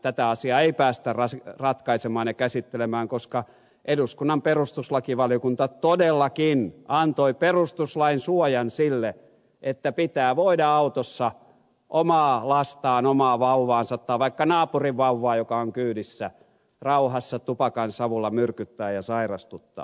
tätä asiaa ei päästä ratkaisemaan ja käsittelemään koska eduskunnan perustuslakivaliokunta todellakin antoi perustuslain suojan sille että pitää voida autossa omaa lastaan omaa vauvaansa tai vaikka naapurin vauvaa joka on kyydissä rauhassa tupakansavulla myrkyttää ja sairastuttaa